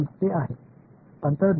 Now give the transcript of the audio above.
இது போல்தான் தோன்றும்